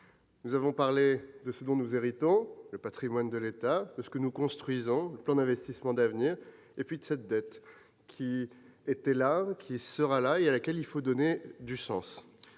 Nous avons parlé de ce dont nous héritons, le patrimoine de l'État, de ce que nous construisons, le plan d'investissements d'avenir, et puis de cette dette, qui était là, qui sera là, et à laquelle il faut donner du sens.